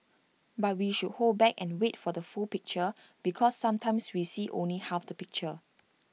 but we should hold back and wait for the full picture because sometimes we see only half the picture